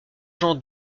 jean